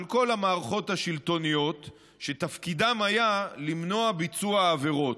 של כל המערכות השלטוניות שתפקידן היה למנוע ביצוע עבירות.